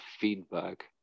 feedback